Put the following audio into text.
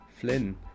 Flynn